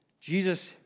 Jesus